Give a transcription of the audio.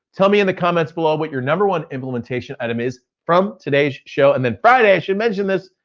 tell me in the comments below what your number one implementation item is from today's show, and then friday, i should mentioned this.